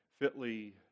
fitly